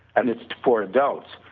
and it's for dose,